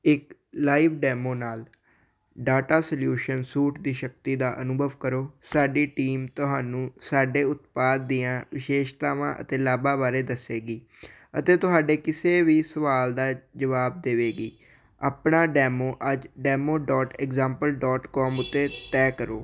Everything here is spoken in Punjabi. ਇੱਕ ਲਾਈਵ ਡੈਮੋ ਨਾਲ ਡਾਟਾ ਸਲਿਊਸ਼ਨ ਸੂਟ ਦੀ ਸ਼ਕਤੀ ਦਾ ਅਨੁਭਵ ਕਰੋ ਸਾਡੀ ਟੀਮ ਤੁਹਾਨੂੰ ਸਾਡੇ ਉਤਪਾਦ ਦੀਆਂ ਵਿਸ਼ੇਸ਼ਤਾਵਾਂ ਅਤੇ ਲਾਭਾਂ ਬਾਰੇ ਦੱਸੇਗੀ ਅਤੇ ਤੁਹਾਡੇ ਕਿਸੇ ਵੀ ਸਵਾਲ ਦਾ ਜਵਾਬ ਦੇਵੇਗੀ ਆਪਣਾ ਡੈਮੋ ਅੱਜ demo dot example dot com ਉੱਤੇ ਤਹਿ ਕਰੋ